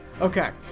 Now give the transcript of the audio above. okay